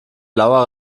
blauer